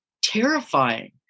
terrifying